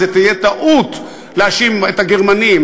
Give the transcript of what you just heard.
זאת תהיה טעות להאשים את הגרמנים.